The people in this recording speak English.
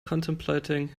contemplating